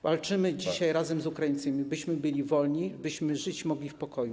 Walczymy dzisiaj razem z Ukraińcami, byśmy byli wolni, byśmy żyć mogli w pokoju.